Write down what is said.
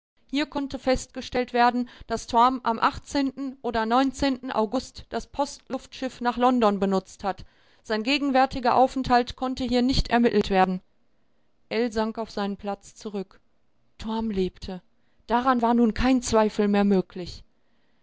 hier konnte festgestellt werden daß torm am oder august das post luftschiff nach london benutzt hat sein gegenwärtiger aufenthalt konnte hier nicht ermittelt werden ell sank auf seinen platz zurück torm lebte daran war nun kein zweifel mehr möglich